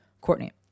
Courtney